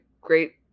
great